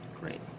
Great